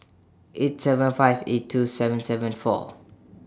eight seven five eight two seven seven four